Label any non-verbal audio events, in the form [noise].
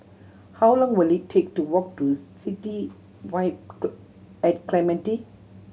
how long will it take to walk to City Vibe [unintelligible] at Clementi